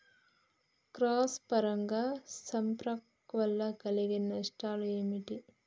Cross పరాగ సంపర్కం వల్ల కలిగే నష్టాలు ఏమిటి?